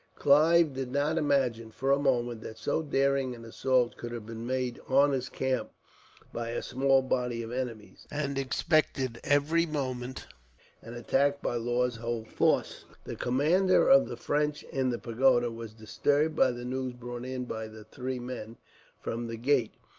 clive did not imagine, for a moment, that so daring an assault could have been made on his camp by a small body of enemies, and expected every moment an attack by law's whole force. the commander of the french, in the pagoda, was disturbed by the news brought in by the three men from the gate,